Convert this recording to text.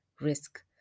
Risk